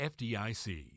fdic